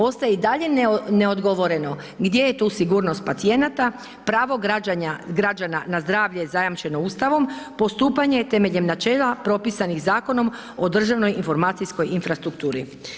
Ostaje i dalje neodgovoreno, gdje je tu sigurnost pacijenata, pravo građana na zdravlje zajamčeno Ustavom, postupanje temeljem načela propisanih Zakonom o državnoj informacijskoj infrastrukturi.